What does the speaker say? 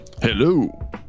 Hello